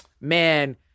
Man